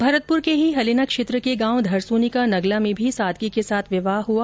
भरतपुर के ही हलेना क्षेत्र के गांव धरसोनी का नगला में भी सादगी के साथ विवाह हुआ